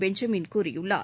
Benjamin கூறியுள்ளார்